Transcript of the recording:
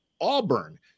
Auburn